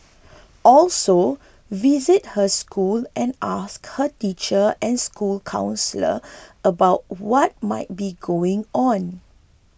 also visit her school and ask her teacher and school counsellor about what might be going on